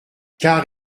car